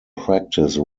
practice